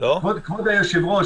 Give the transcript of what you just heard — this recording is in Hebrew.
כבוד היושב-ראש,